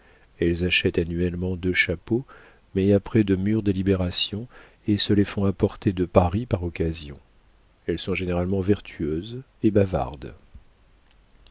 elles achètent annuellement deux chapeaux mais après de mûres délibérations et se les font apporter de paris par occasion elles sont généralement vertueuses et bavardes